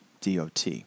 DOT